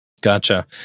Gotcha